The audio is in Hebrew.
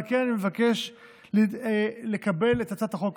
על כן, אני מבקש לקבל את הצעת החוק